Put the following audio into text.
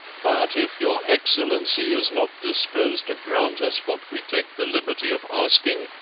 but if your excellency is not disposed to grant us what we take the liberty of asking,